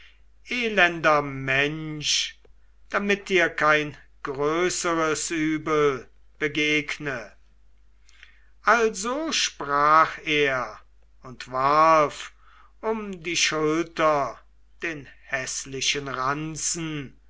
elender mensch damit dir kein größeres übel begegne also sprach er und warf um die schulter den häßlichen ranzen